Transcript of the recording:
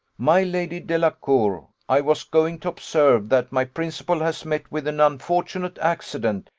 my lady delacour, i was going to observe that my principal has met with an unfortunate accident,